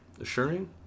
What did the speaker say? Assuring